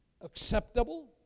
acceptable